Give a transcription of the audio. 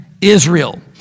Israel